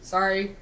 Sorry